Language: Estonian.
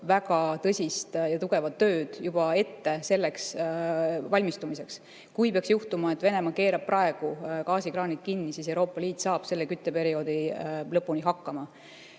väga tõsist ja tugevat tööd juba ette selleks valmistumiseks. Kui peaks juhtuma, et Venemaa keerab praegu gaasikraanid kinni, siis Euroopa Liit saab selle kütteperioodi lõpuni hakkama.